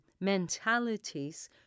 mentalities